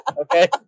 okay